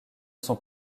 sont